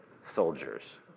soldiers